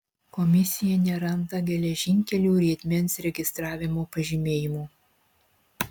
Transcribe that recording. komisija neranda geležinkelių riedmens registravimo pažymėjimų